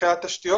מבחינת תשתיות.